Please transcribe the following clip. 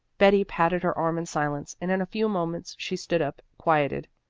betty patted her arm in silence, and in a few moments she stood up, quieted.